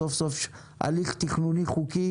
סוף-סוף הליך תכנוני חוקי